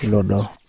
Lodo